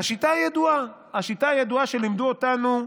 והשיטה הידועה, השיטה הידועה שלימדו אותנו,